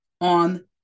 on